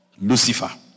Lucifer